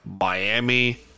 Miami